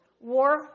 War